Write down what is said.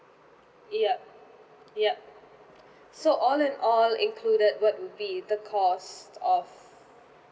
yup yup so all in all included what would be the cost of